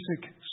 basic